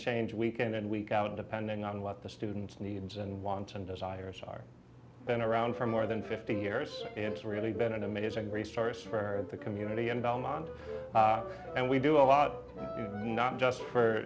change week in and week out depending on what the students needs and wants and desires are been around for more than fifteen years it's really been an amazing resource for the community in belmont and we do a lot not just for